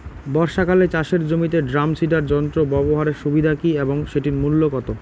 বর্ষাকালে চাষের জমিতে ড্রাম সিডার যন্ত্র ব্যবহারের সুবিধা কী এবং সেটির মূল্য কত?